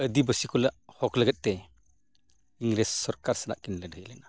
ᱟᱹᱫᱤᱵᱟᱹᱥᱤ ᱠᱚᱣᱟᱜ ᱦᱚᱠ ᱞᱟᱹᱜᱤᱫ ᱛᱮ ᱤᱝᱨᱮᱹᱡᱽ ᱥᱚᱨᱠᱟᱨ ᱥᱟᱞᱟᱜ ᱠᱤᱱ ᱞᱟᱹᱲᱦᱟᱹᱭ ᱞᱮᱱᱟ